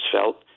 felt